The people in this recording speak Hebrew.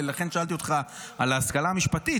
ולכן שאלתי אותך על ההשכלה המשפטית,